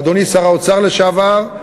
אדוני שר האוצר לשעבר,